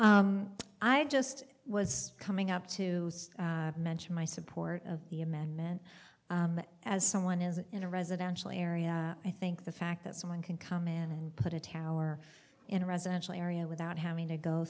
you i just was coming up to mention my support of the amendment as someone is in a residential area i think the fact that someone can come in and put a tower in a residential area without having to go